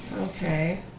Okay